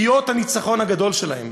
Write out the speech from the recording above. היא אות הניצחון הגדול שלהם.